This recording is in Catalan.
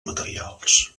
materials